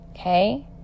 Okay